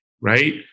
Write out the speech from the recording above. right